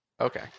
Okay